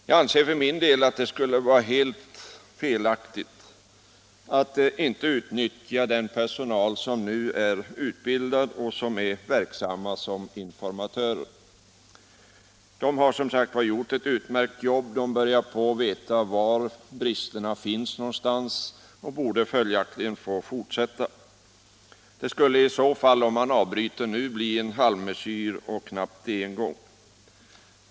Jag anser för min del att det skulle vara helt felaktigt att inte utnyttja de anställda som nu är utbildade och som är verksamma som informatörer. De har som sagt gjort ett utmärkt jobb, de börjar veta var bristerna finns och borde följaktligen få fortsätta. Om man avbryter verksamheten nu skulle det bli en halvmesyr och knappt det en gång.